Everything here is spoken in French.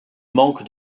manque